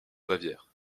bavière